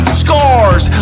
scars